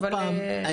עוד פעם,